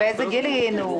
בטענות,